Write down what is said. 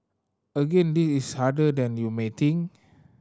again this is harder than you may think